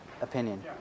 opinion